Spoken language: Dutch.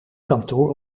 kantoor